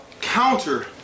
counter